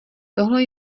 tohle